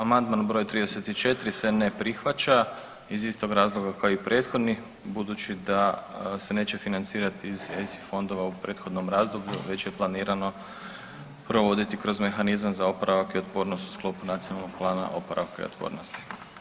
Amandman br. 34 se ne prihvaća iz istog razloga kao i prethodni, budući da se neće financirati iz ESI fondova u prethodnom razdoblju već je planirano provoditi kroz mehanizam za oporavak i otpornost u sklopu Nacionalnog plana oporavka i otpornosti.